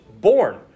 born